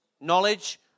knowledge